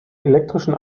elektrischen